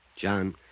John